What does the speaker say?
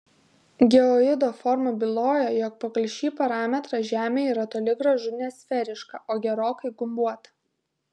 geoido forma byloja jog pagal šį parametrą žemė yra toli gražu ne sferiška o gerokai gumbuota